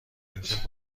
امشب